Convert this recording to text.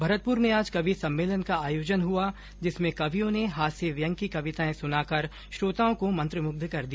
भरतपुर में आज कवि सम्मेलन का आयोजन हुआ जिसमें कवियों ने हास्य व्यंग की कविताएं सुनाकर श्रोताओं को मंत्रमुग्ध कर दिया